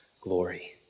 glory